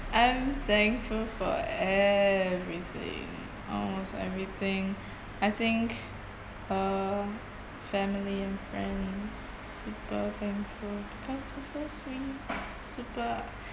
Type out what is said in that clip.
I'm thankful for everything almost everything I think uh family and friends super thankful because they're so sweet super